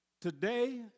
Today